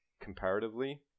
comparatively